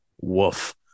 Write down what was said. Woof